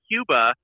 Cuba